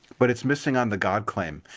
but it's missing on the god claim.